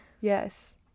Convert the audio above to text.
Yes